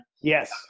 Yes